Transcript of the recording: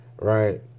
right